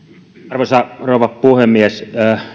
arvoisa rouva puhemies